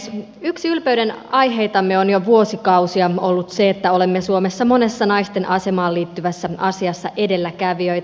yksi ylpeyden aiheitamme on jo vuosikausia ollut se että olemme suomessa monessa nais ten asemaan liittyvässä asiassa edelläkävijöitä